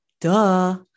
Duh